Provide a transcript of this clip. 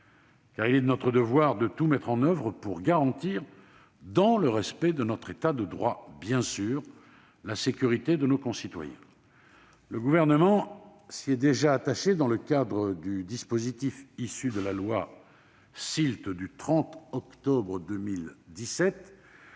Il est de notre devoir de mettre tout en oeuvre pour garantir, dans le respect de notre État de droit, la sécurité de nos concitoyens. Le Gouvernement s'y est déjà attaché dans le cadre du dispositif issu de la loi SILT du 30 octobre 2017,